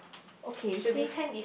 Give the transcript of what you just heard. okay since